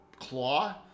Claw